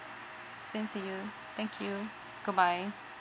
same to you thank you goodbye